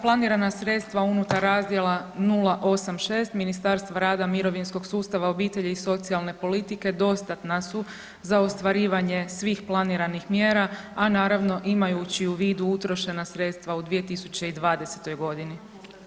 Planirana sredstva unutar razdjela 086 Ministarstva rada, mirovinskog sustava, obitelji i socijalne politike dostatna su za ostvarivanje svih planiranih mjera, a naravno imajući u vidu utrošene sredstva u 2020. godini.